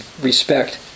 respect